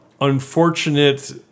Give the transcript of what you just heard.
unfortunate